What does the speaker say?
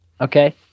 Okay